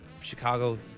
Chicago